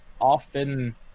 often